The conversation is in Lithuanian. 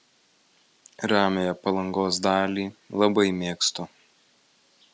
ramiąją palangos dalį labai mėgstu